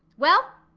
well,